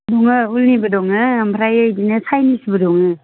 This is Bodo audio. दङ ऊलनिबो दंङ ओमफ्राय बिदिनो चाइनिसबो दङ